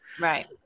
right